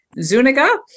Zuniga